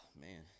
Man